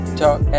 talk